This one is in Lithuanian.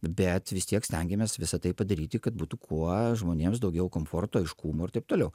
bet vis tiek stengiamės visa tai padaryti kad būtų kuo žmonėms daugiau komforto aiškumo ir taip toliau